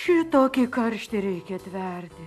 šitokį karštį reikia tverti